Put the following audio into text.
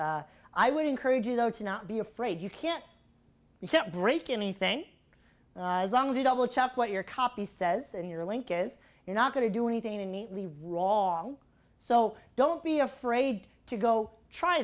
is i would encourage you know to not be afraid you can't you can't break anything as long as you double check what your copy says and your link is you're not going to do anything neatly wrong so don't be afraid to go try